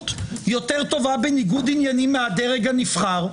טובה יותר בניגוד עניינים מהדרג הנבחר?